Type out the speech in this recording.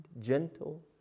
gentle